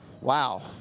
Wow